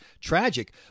tragic